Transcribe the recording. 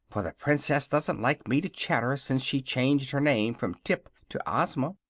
for the princess doesn't like me to chatter since she changed her name from tip to ozma.